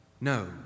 No